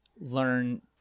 learn